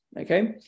Okay